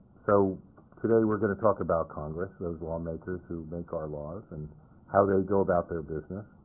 so today, we're going to talk about congress, those lawmakers who make our laws, and how they go about their business.